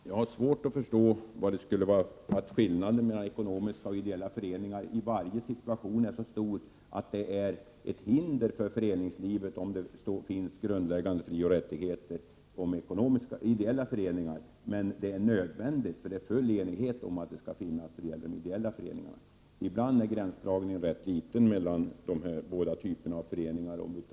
Jag har svårt att förstå att skillnaden mellan ekonomiska och ideella föreningar i varje situation är så stor att det är ett hinder för föreningslivet om det finns bestämmelser om grundläggande frioch rättigheter i fråga om ideella föreningar, samtidigt som det är nödvändigt och full enighet råder om att det skall finnas regler för de ekonomiska föreningarna. Ibland är gränsen rätt otydlig mellan de här båda typerna av föreningar.